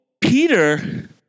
Peter